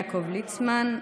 יעקב ליצמן,